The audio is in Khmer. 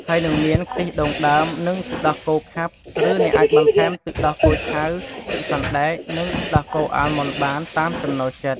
ហើយនិងមាន ខ្ទិះដូងដើម និងទឹកដោះគោខាប់ ឬអ្នកអាចបន្ថែមទឹកដោះគោឆៅ ទឹកសណ្តែក និងទឹកដោះគោអាល់ម៉ុនបាន តាមចំណូលចិត្ត។